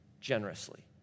generously